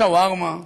שווארמה.